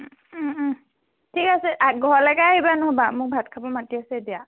ঠিক আছে ঘৰলৈকে আহিবা নহবা মোক ভাত খাব মাতি আছে এতিয়া